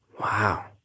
Wow